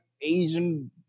Asian